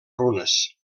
runes